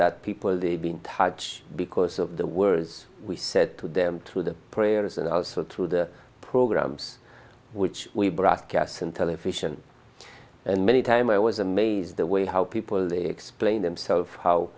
that people they've been touch because of the words we said to them to the prayers and also to the programs which we broadcast on television and many time i was amazed the way how people they explain themselves how